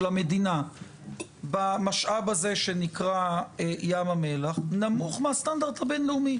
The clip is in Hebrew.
של המדינה במשאב הזה שנקרא ים המלח נמוך מהסטנדרט הבין-לאומי?